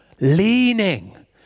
leaning